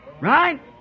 Right